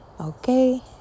Okay